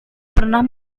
pernah